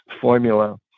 formula